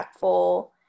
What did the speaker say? impactful